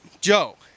Joe